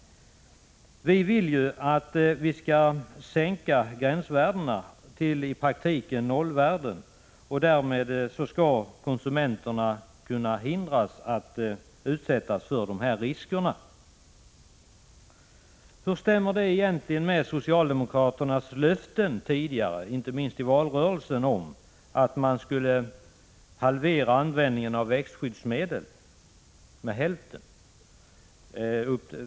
Vi vill att gränsvärdena sänks till 0-värdet i praktiken. Därmed skulle konsumenterna kunna hindras att utsättas för risker. Hur stämmer detta egentligen med socialdemokraternas löften tidigare, inte minst i valrörelsen, om att man skulle halvera användningen av växtskyddsmedel?